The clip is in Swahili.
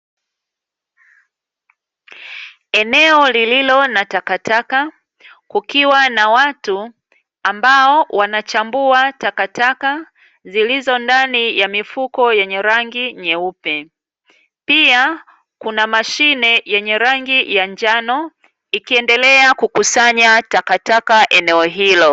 Eneo lililo na takataka kukiwa na watu ambao wanachambua takataka zilizo ndani ya mifuko yenye rangi nyeupe, pia kuna mashine yenye rangi ya njano ikiendelea kukusanya takataka eneo hilo.